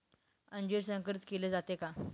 अंजीर संकरित केले जाते का?